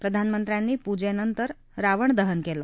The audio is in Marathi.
प्रधानमंत्र्यांनी पूजन्निर रावणदहन कले